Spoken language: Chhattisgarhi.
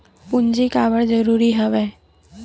पूंजी काबर जरूरी हवय?